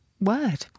Word